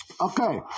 Okay